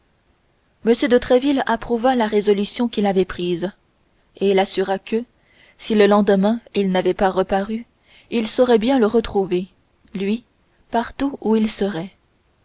tréville approuva la résolution qu'il avait prise et l'assura que si le lendemain il n'avait pas reparu il saurait bien le retrouver lui partout où il serait